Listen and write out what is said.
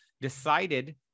decided